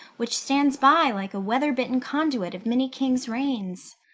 which stands by like a weather-bitten conduit of many kings' reigns.